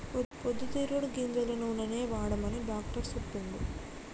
పొద్దు తిరుగుడు గింజల నూనెనే వాడమని డాక్టర్ చెప్పిండు